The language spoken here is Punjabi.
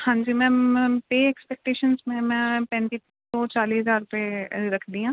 ਹਾਂਜੀ ਮੈਮ ਪੇਅ ਐਕਸਪੇਕਟੇਸ਼ਨਸ ਮੈਮ ਮੈਂ ਪੈਂਤੀ ਤੋਂ ਚਾਲੀ ਹਜ਼ਾਰ ਰੁਪਏ ਰੱਖਦੀ ਹਾਂ